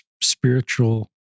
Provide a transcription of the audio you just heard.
spiritual